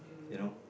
you know